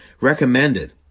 recommended